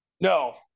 No